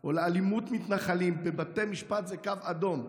או על אלימות מתנחלים בבית משפט זה קו אדום.